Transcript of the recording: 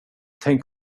tänk